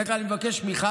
בדרך כלל אני מבקש מח"כים,